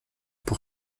pour